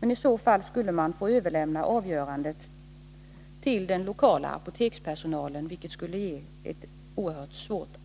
Men i så fall skulle man få överlämna avgörandet till den lokala apotekspersonalen, vilken skulle få